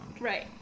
Right